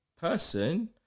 person